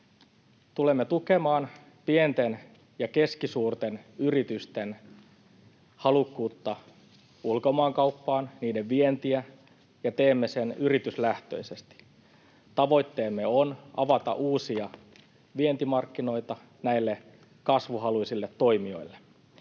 Tulemme tukemaan pienten ja keskisuurten yritysten halukkuutta ulkomaankauppaan, niiden vientiä, ja teemme sen yrityslähtöisesti. Tavoitteemme on avata uusia vientimarkkinoita näille kasvuhaluisille toimijoille.